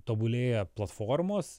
tobulėja platformos